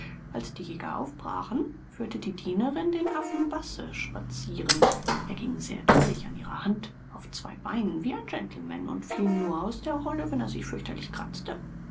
als die jäger aufbrachen führte die dienerin den affen basse spazieren er ging sehr drollig an ihrer hand auf zwei beinen wie ein gentleman und fiel nur aus der rolle wenn er sich fürchterlich kratzte